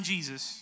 Jesus